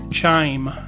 chime